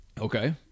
Okay